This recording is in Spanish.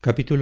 penoso fue